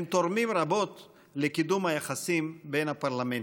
הם תורמים רבות לקידום היחסים בין הפרלמנטים.